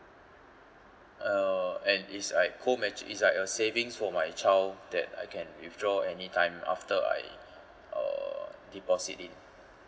uh and it's like co matc~ is like a savings for my child that I can withdraw anytime after I uh deposit it